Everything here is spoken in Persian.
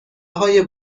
های